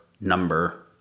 number